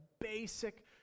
basic